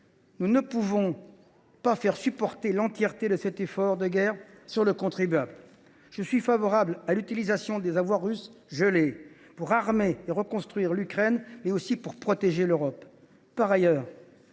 Nous ne pouvons pas faire supporter l’entièreté de cet effort de guerre par les contribuables. Je suis donc favorable à l’utilisation des avoirs russes gelés pour armer et reconstruire l’Ukraine, mais aussi pour protéger l’Europe.